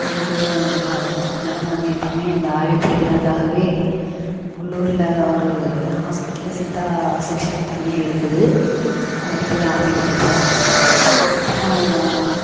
அது கொஞ்சம் நல்லாயிருக்கும் அதனால நாங்கள் எப்புவுமே அந்த ஆவி பிடிக்கறத்துக்காகவே உள்ளூர்ல ஒரு ஹாஸ்பிட்டல்ல சித்தா செக்ஷன் தனியாக இருக்குது அதில் போய் ஆவி பிடிப்போம் அப்பறம்